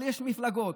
יש מפלגות